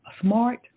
smart